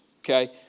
okay